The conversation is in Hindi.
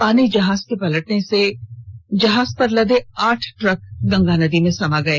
पानी जहाज के पलटने से जहाज पर लदे आठ ट्रक गंगा नदी में समा गए